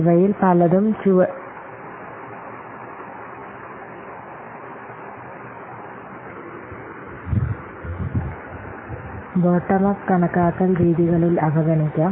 ഇവയിൽ പലതും ചുവടെയുള്ള കണക്കാക്കൽ രീതികളിൽ അവഗണിക്കാം